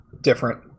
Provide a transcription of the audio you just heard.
different